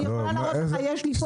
אני יכולה להראות לך, יש לי פה.